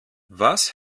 was